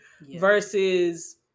Versus